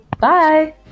Bye